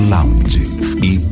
Lounge